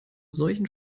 solchen